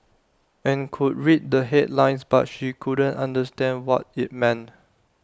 and could read the headlines but she couldn't understand what IT meant